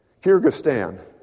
Kyrgyzstan